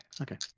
okay